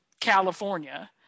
california